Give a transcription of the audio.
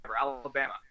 Alabama